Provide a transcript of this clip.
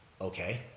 Okay